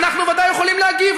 אנחנו בוודאי יכולים להגיב,